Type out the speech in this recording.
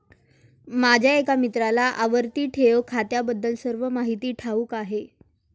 माझ्या एका मित्राला आवर्ती ठेव खात्याबद्दल सर्व माहिती ठाऊक आहे